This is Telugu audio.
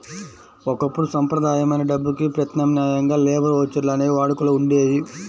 ఒకప్పుడు సంప్రదాయమైన డబ్బుకి ప్రత్యామ్నాయంగా లేబర్ ఓచర్లు అనేవి వాడుకలో ఉండేయి